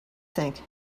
think